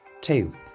Two